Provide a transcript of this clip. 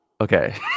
Okay